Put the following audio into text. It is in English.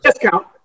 discount